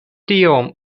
tiom